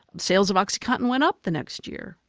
sales of oxycontin went up the next year.